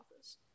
office